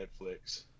Netflix